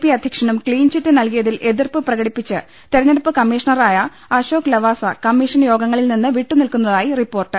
P അധ്യക്ഷനും clean chit നൽകിയ തിൽ എതിർപ്പ് പ്രകടിപ്പിച്ച് തെരഞ്ഞെടുപ്പ് കമ്മീഷണറായ അശോക് ലവാസ കമ്മീഷൻ യോഗങ്ങളിൽ നിന്ന് വിട്ടുനിൽക്കു ന്നതായി റിപ്പോർട്ട്